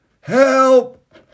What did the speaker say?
help